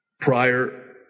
prior